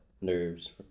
nerves